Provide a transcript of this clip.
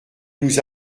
nous